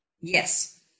Yes